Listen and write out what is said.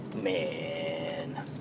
Man